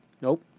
Nope